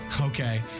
okay